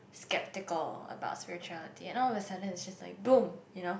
skeptical about spirituality and all of a sudden is just like boom you know